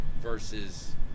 versus